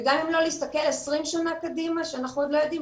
וגם לא להסתכל 20 שנה קדימה שאנחנו עוד לא יודעים,